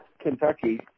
Kentucky